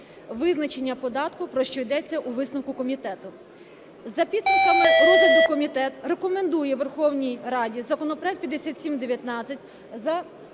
визначення податку, про що йдеться у висновку комітету. За підсумками розгляду комітет рекомендує Верховній Раді законопроект 5719 за